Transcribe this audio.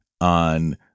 on